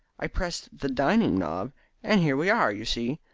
i press the dining knob and here we are, you see.